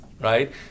Right